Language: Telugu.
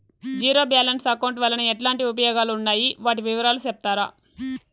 జీరో బ్యాలెన్స్ అకౌంట్ వలన ఎట్లాంటి ఉపయోగాలు ఉన్నాయి? వాటి వివరాలు సెప్తారా?